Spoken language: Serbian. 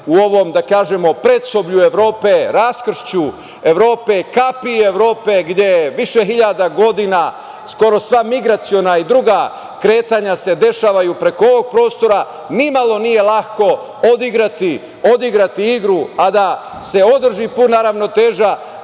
u ovom predsoblju Evrope, raskršću Evropi, kapiji Evrope gde više hiljada godina skoro sva migraciona i druga kretanja se dešavaju preko ovog prostora nimalo nije lako odigrati igru, a da se održi puna ravnoteža,